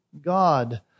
God